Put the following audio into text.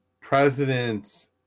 presidents